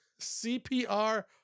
CPR